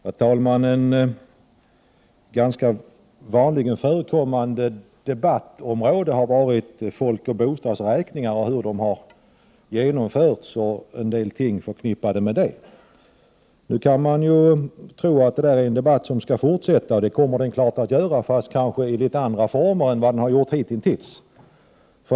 Herr talman! Ett ganska vanligen förekommande debattområde har varit folkoch bostadsräkningar, hur de har genomförts osv. Man kan tro att det är en debatt som skall fortsätta. Det kommer den också att göra, fast kanske i litet andra former än hittills.